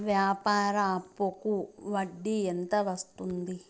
వ్యాపార అప్పుకి వడ్డీ ఎంత వస్తుంది?